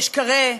יש קארה,